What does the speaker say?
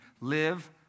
Live